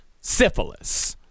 syphilis